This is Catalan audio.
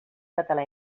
català